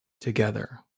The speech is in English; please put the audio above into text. together